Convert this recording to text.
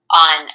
on